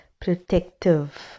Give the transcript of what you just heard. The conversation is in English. protective